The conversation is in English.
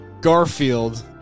Garfield